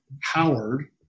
Howard